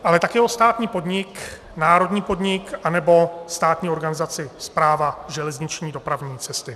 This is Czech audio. ... ale také o státní podnik, národní podnik anebo státní organizaci Správa železniční dopravní cesty.